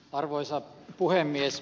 arvoisa puhemies